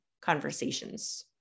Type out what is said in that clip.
conversations